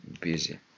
busy